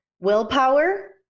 willpower